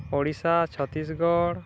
Odisha Chhattisgarh